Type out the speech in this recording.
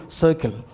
circle